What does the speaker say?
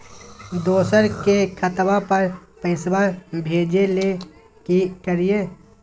दोसर के खतवा पर पैसवा भेजे ले कि करिए?